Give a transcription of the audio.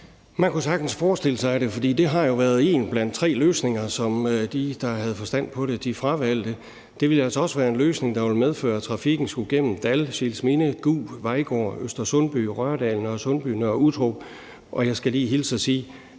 Man kunne sagtens forestille sig det, for det har jo været en blandt tre løsninger, som de, der havde forstand på det, fravalgte. Det ville jo altså også være en løsning, der ville medføre, at trafikken skulle igennem Dall, Scheelsminde, Gug, Vejgård, Øster Sundby, Rørdal, Nørresundby og Nørre Uttrup. Og jeg skal lige hilse og sige,